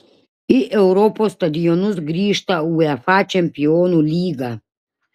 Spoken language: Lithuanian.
į europos stadionus grįžta uefa čempionų lyga